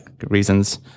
reasons